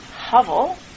hovel